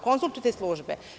Konsultujte službe.